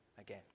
again